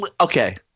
okay